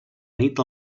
nit